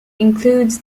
includes